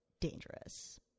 dangerous